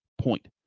point